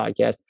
podcast